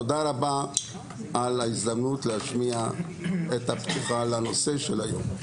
תודה רבה על ההזדמנות להשמיע את הפתיחה על הנושא של היום.